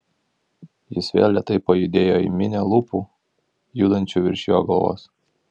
jis vėl lėtai pajudėjo į minią lūpų judančių virš jo galvos